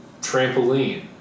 Trampoline